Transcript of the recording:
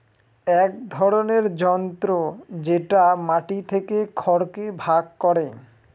এক ধরনের যন্ত্র যেটা মাটি থেকে খড়কে ভাগ করে